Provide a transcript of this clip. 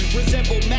resemble